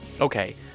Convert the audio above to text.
Okay